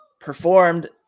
performed